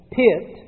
pit